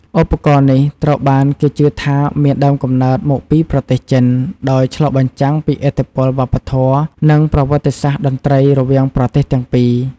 ឧបករណ៍នេះត្រូវបានគេជឿថាមានដើមកំណើតមកពីប្រទេសចិន ដោយឆ្លុះបញ្ចាំងពីឥទ្ធិពលវប្បធម៌ និងប្រវត្តិសាស្ត្រតន្ត្រីរវាងប្រទេសទាំងពីរ។